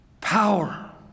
power